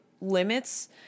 limits